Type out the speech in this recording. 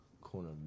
Corner